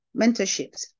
mentorships